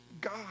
God